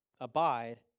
Abide